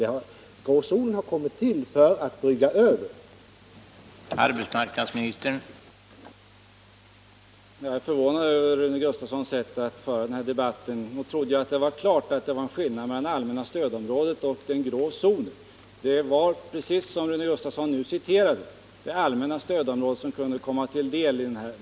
Den grå zonen har kommit till för att brygga över gränser.